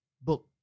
book